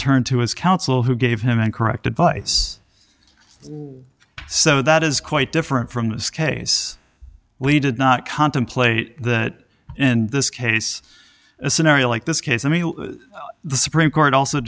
turned to his counsel who gave him incorrect advice so that is quite different from this case we did not contemplate that and this case a scenario like this case i mean the supreme court also